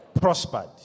Prospered